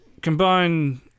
Combine